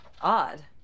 Odd